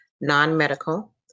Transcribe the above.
non-medical